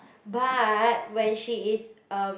but when she is um